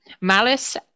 Malice